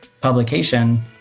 publication